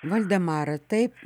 valdemara taip